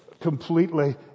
completely